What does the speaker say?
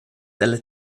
dalla